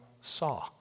saw